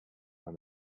and